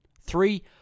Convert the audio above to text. Three